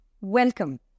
Welcome